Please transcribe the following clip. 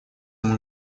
ему